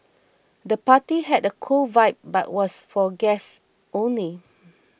the party had a cool vibe but was for guests only